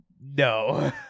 No